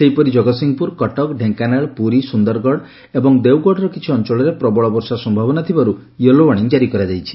ସେହିପରି ଜଗତ୍ସିଂହପୁର କଟକ ଢେଙ୍କାନାଳ ପୁରୀ ସୁନ୍ଦରଗଡ଼ ଏବଂ ଦେବଗଡ଼ର କିଛି ଅଞ୍ଞଳରେ ପ୍ରବଳ ବର୍ଷା ସମ୍ବନା ଥିବାରୁ ୟେଲୋ ଓାର୍ଶ୍ରିଂ ଜାରି କରାଯାଇଛି